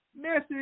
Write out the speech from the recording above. message